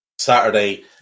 Saturday